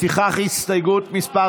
לפיכך הסתייגות מס'